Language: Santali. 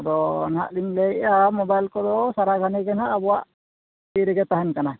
ᱟᱫᱚ ᱦᱟᱸᱜ ᱞᱤᱧ ᱞᱟᱹᱭᱮᱫᱼᱟ ᱢᱳᱵᱟᱭᱤᱞ ᱠᱚᱫᱚ ᱥᱟᱨᱟ ᱜᱷᱟᱱᱮ ᱜᱮ ᱦᱟᱸᱜ ᱟᱵᱚᱣᱟᱜ ᱛᱤ ᱨᱮᱜᱮ ᱛᱟᱦᱮᱱ ᱠᱟᱱᱟ